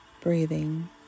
breathing